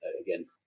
again